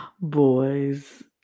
Boys